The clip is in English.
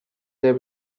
there